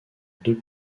deux